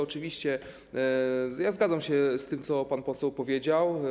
Oczywiście zgadzam się z tym, co pan poseł powiedział.